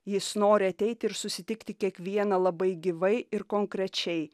jis nori ateiti ir susitikti kiekvieną labai gyvai ir konkrečiai